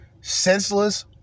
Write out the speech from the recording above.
senseless